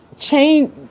change